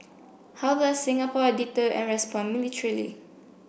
how does Singapore a deter and respond militarily